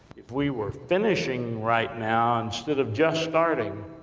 if we were finishing right now, instead of just starting,